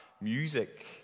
music